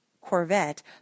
Corvette